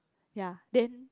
ya then